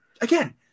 Again